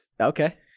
Okay